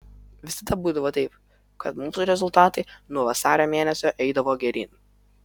visada būdavo taip kad mūsų rezultatai nuo vasario mėnesio eidavo geryn